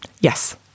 Yes